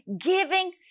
giving